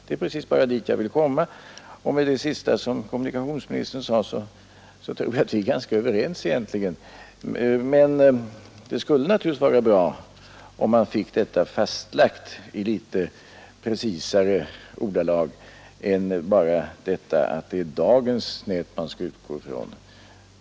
Det är dit jag vill komma. Efter det där sista som kommunikationsministern sade tror jag att vi egentligen är ganska överens. Men det skulle naturligtvis vara bra om detta blev fastslaget i litet mera preciserade ordalag än bara att det är dagens nät man skall gå ut ifrån.